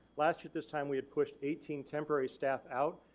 last year at this time we had pushed eighteen temporary staff out,